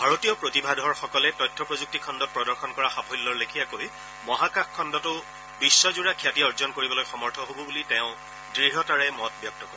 ভাৰতীয় প্ৰতিভাধৰসকলে তথ্য প্ৰযুক্তি খণ্ডত প্ৰদৰ্শন কৰা সাফল্যৰ লেখীয়াকৈ মহাকাশ খণ্ডতো বিশ্বজোৰা খ্যাতি অৰ্জন কৰিবলৈ সমৰ্থ হব বুলি তেওঁ দৃঢ়তাৰে মত ব্যক্ত কৰে